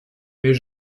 mais